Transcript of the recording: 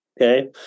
Okay